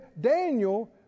Daniel